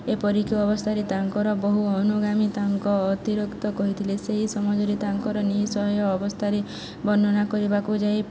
ଏ ପରିକା ଅବସ୍ଥାରେ ତାଙ୍କର ବହୁ ଅନୁଗାମୀ ତାଙ୍କ ଅତିରିକ୍ତ କହିଥିଲେ ସେହି ସମାଜରେ ତାଙ୍କର ନିଃଶୟ ଅବସ୍ଥାରେ ବର୍ଣ୍ଣନା କରିବାକୁ ଯାଇ